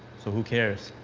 so, who cares?